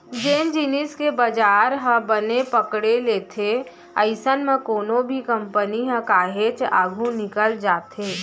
जेन जिनिस के बजार ह बने पकड़े लेथे अइसन म कोनो भी कंपनी ह काहेच आघू निकल जाथे